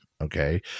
Okay